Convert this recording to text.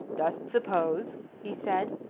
dost suppose, he said,